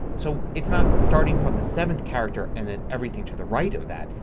so it's not starting from the seventh character and then everything to the right of that.